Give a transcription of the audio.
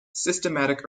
systematic